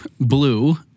blue